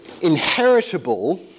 inheritable